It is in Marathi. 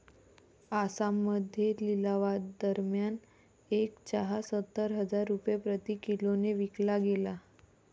आसाममध्ये लिलावादरम्यान एक चहा सत्तर हजार रुपये प्रति किलोने विकला गेला